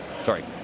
sorry